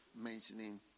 mentioning